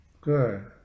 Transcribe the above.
Good